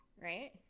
Right